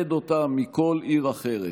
מייחד אותה מכל עיר אחרת: